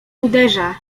uderza